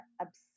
obsessed